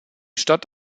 stadt